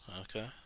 okay